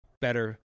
better